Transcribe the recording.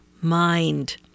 mind